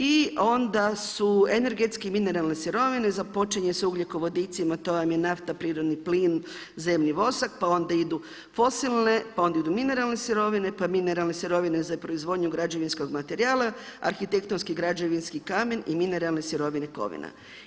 I onda su energetski mineralne sirovine, započinje se ugljikovodicima, to vam je nafta, prirodni plin, zemni vosak, pa onda idu fosilne, pa onda idu mineralne sirovine, pa mineralne sirovine za proizvodnju građevinskog materijala, arhitektonski građevinski kamen i mineralne sirovine kovina.